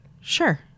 sure